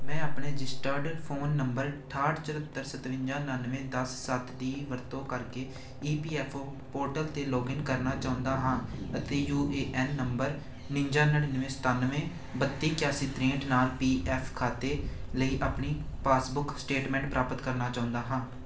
ਮੈਂ ਆਪਣੇ registered phone number ਅਠਾਹਠ ਚੁਹੱਤਰ ਸਤਵੰਜਾ ਉਣਾਨਵੇਂ ਦਸ ਸੱਤ ਦੀ ਵਰਤੋਂ ਕਰਕੇ E P F O portal 'ਤੇ ਲੌਗਇਨ ਕਰਨਾ ਚਾਹੁੰਦਾ ਹਾਂ ਅਤੇ ਯੂ ਏ ਐੱਨ ਨੰਬਰ ਉਣੰਜਾ ਨੜ੍ਹਿਨਵੇਂ ਸਤਾਨਵੇਂ ਬੱਤੀ ਇਕਾਸੀ ਤ੍ਰੇਹਠ ਨਾਲ ਪੀ ਐੱਫ ਖਾਤੇ ਲਈ ਆਪਣੀ ਪਾਸਬੁੱਕ ਸਟੇਟਮੈਂਟ ਪ੍ਰਾਪਤ ਕਰਨਾ ਚਾਹੁੰਦਾ ਹਾਂ